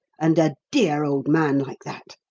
and a dear old man like that!